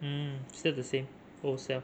mm still the same old self